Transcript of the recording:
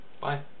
bye